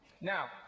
Now